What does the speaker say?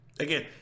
Again